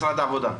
איפה משרד העבודה?